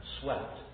swept